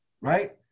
right